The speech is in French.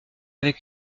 avec